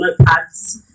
notepads